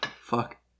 Fuck